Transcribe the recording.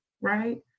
right